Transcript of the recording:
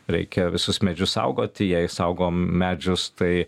reikia visus medžius saugoti jei saugom medžius tai